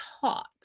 taught